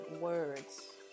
words